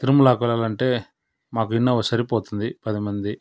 తిరుమలకి వెళ్ళాలంటే మాకు ఇన్నోవా సరిపోతుంది పదిమంది